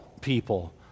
people